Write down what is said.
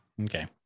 Okay